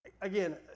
Again